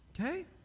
okay